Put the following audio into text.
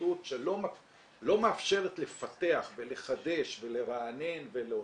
בהישרדות שלא מאפשרת לפתח, לחדש, לרענן ולהוסיף.